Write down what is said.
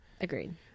Agreed